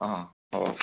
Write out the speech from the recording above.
অঁ হ'ব